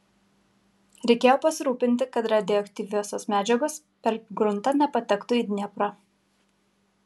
reikėjo pasirūpinti kad radioaktyviosios medžiagos per gruntą nepatektų į dnieprą